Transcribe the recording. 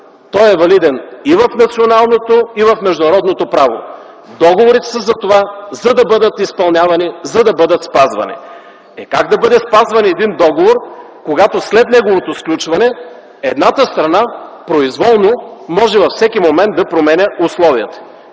Той е валиден и в националното, и в международното право – договорите са за това, за да бъдат изпълнявани, за да бъдат спазвани. Е, как да бъде спазван един договор, когато след неговото сключване едната страна произволно може във всеки момент да променя условията?